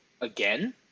again